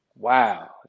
Wow